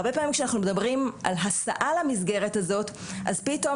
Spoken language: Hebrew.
הרבה פעמים כשאנחנו מדברים על הסעה למסגרת הזאת אז פתאום